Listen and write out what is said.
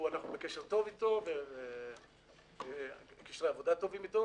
שאנחנו בקשר טוב איתו וקשרי עבודה טובים איתו